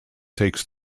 takes